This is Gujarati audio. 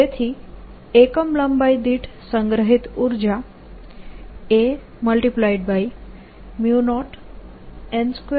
તેથી એકમ લંબાઈ દીઠ સંગ્રહિત ઉર્જા a0n2I22 છે